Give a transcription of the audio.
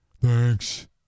thanks